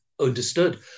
understood